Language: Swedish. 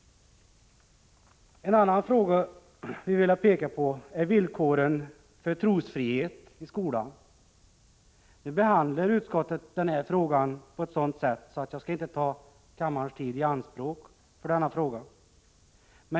En annan fråga som vi har velat peka på är villkoren för trosfrihet i skolan. Nu behandlar utskottet den här frågan på ett sådant sätt att jag inte skall ta kammarens tid i anspråk för den.